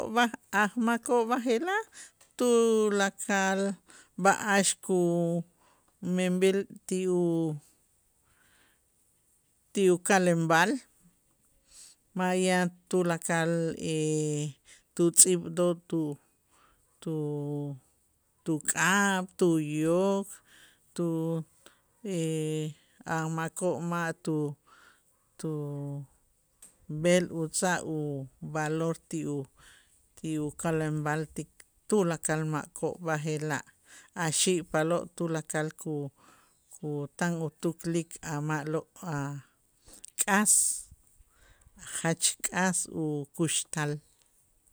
B'aj ajmakoo' b'aje'laj tulakal b'a'ax kumenb'el ti u ti ukalenb'al ma' yan tulakal tutz'iib' do tu- tu- tuk'ab', tuyok, tu a' makoo' ma' tu- tu b'el utz'aj uvalor ti u ti ukelenb'al ti tulakal makoo' b'aje'laj, ajxi'paaloo' tulakal ku- kutan utuklik a' ma'lo' a' k'as jach k'as ukuxtal.